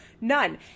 None